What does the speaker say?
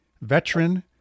veteran